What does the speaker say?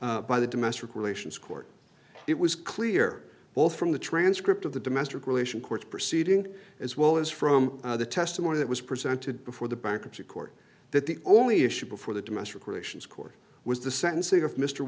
by the domestic relations court it was clear both from the transcript of the domestic relations court proceeding as well as from the testimony that was presented before the bankruptcy court that the only issue before the domestic relations court was the sentencing of mr